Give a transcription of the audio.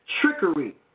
trickery